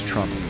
Trump